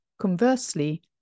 Conversely